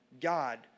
God